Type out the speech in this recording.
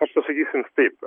aš pasakysiu taip